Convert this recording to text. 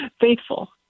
faithful